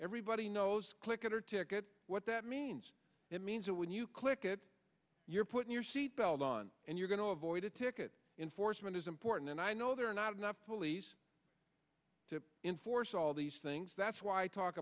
everybody knows click it or ticket what that means it means that when you click it you're putting your seatbelt on and you're going to avoid a ticket in forstmann is important and i know there are not enough police to enforce all these things that's why i talk